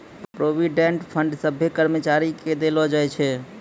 provident fund सभ्भे कर्मचारी के देलो जाय छै